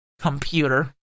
computer